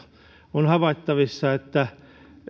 on havaittavissa